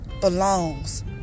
belongs